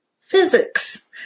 physics